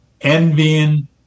envying